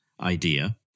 idea